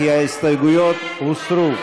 כי ההסתייגויות הוסרו.